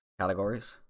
categories